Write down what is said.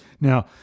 Now